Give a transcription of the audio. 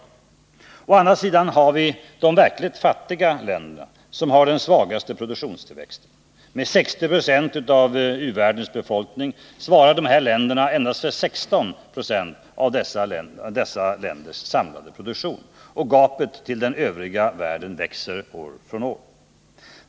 Å den andra sidan har vi de verkligt fattiga länderna, som har den svagaste produktionstillväxten. Med 60 96 av u-världens befolkning svarar de endast för 16 96 av dess samlade produktion — och gapet till den övriga världen växer år från år.